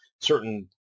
certain